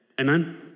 amen